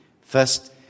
First